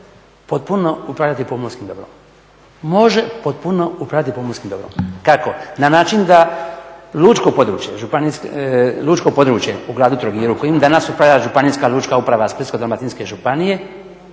o gradu Trogiru može potpuno upravljati pomorskim dobrom. Kako? Na način da lučko područje u gradu Trogiru kojim danas upravlja županijska lučka uprava Splitsko-dalmatinske županije